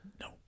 no